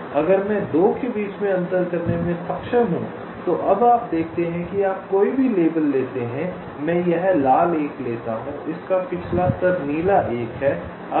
अब अगर मैं 2 के बीच अंतर करने में सक्षम हूं तो अब आप देखते हैं कि आप कोई भी लेबल लेते हैं मैं यह लाल 1 लेता हूं इसका पिछला स्तर नीला 1 है